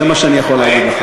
זה מה שאני יכול להגיד.